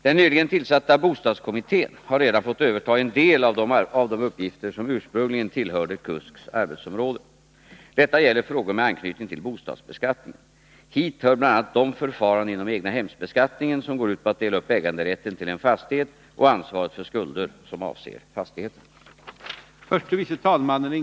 Den nyligen tillsatta bostadskommittén har redan fått överta en del av de uppgifter som ursprungligen tillhörde KUSK:s arbetsområde. Detta gäller frågor med anknytning till bostadsbeskattningen. Hit hör bl.a. de förfaranden inom egnahemsbeskattningen som går ut på att dela upp äganderätten till en fastighet och ansvaret för skulder som avser fastigheten.